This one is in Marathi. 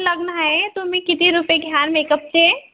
लग्न आहे तुम्ही किती रुपये घ्याल मेकअपचे